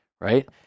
Right